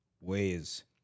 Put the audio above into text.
ways